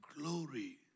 glory